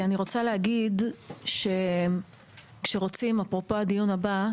אני רוצה רגע להגיד, אפרופו גם לנושא הדיון הבא,